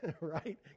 right